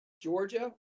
Georgia